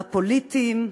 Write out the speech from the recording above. הפוליטיים,